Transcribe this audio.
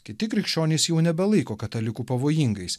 kiti krikščionys jau nebelaiko katalikų pavojingais